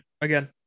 again